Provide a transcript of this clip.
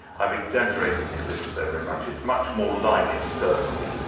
i've exaggerated the ellipse there very much. it's much more like a circle.